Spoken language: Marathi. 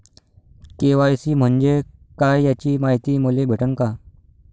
के.वाय.सी म्हंजे काय याची मायती मले भेटन का?